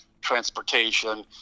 transportation